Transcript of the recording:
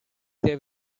they